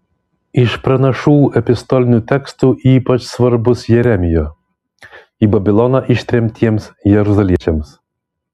iš pranašų epistolinių tekstų ypač svarbus jeremijo į babiloną ištremtiems jeruzaliečiams